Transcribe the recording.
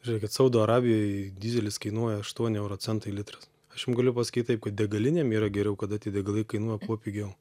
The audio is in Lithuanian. žiūrėkit saudo arabijoj dyzelis kainuoja aštuoni euro centai litras aš jum galiu pasakyt taip kad degalinėm yra geriau kada tie degalai kainuoja kuo pigiau